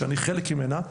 שאני חלק ממנה,